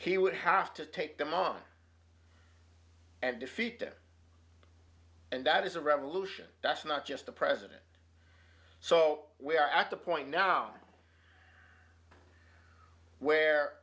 he would have to take them on and defeat them and that is a revolution that's not just the president so we are at the point now where